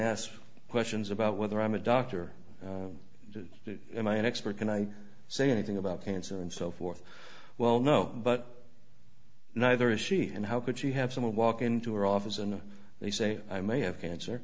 asked questions about whether i'm a doctor to my inexpert can i say anything about cancer and so forth well no but neither is she and how could she have someone walk into her office and they say i may have cancer